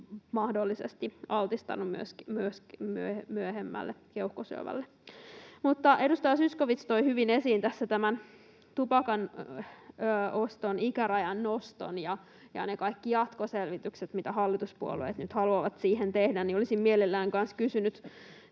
mahdollisesti altistanut myös myöhemmälle keuhkosyövälle. Edustaja Zyskowicz toi hyvin esiin tässä tämän tupakan oston ikärajan noston ja ne kaikki jatkoselvitykset, mitä hallituspuolueet nyt haluavat siihen tehdä. Olisin mielellään kanssa